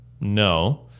No